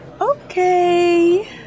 Okay